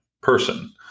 person